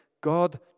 God